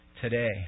today